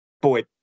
boy